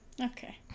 Okay